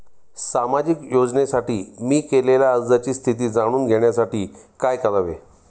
सामाजिक योजनेसाठी मी केलेल्या अर्जाची स्थिती जाणून घेण्यासाठी काय करावे?